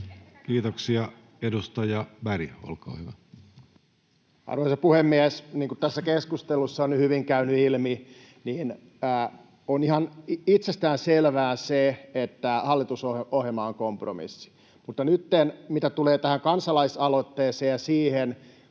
Time: 17:46 Content: Arvoisa puhemies! Niin kuin tässä keskustelussa on nyt hyvin käynyt ilmi, on ihan itsestään selvää se, että hallitusohjelma on kompromissi. Mutta mitä nyt tulee tähän kansalaisaloitteeseen ja siihen,